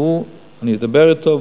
נדבר אתו,